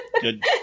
Good